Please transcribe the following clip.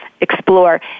explore